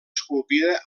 esculpida